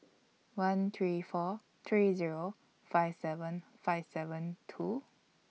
one three four three Zero five seven five seven two